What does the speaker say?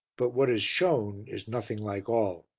but what is shown is nothing like all.